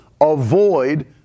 Avoid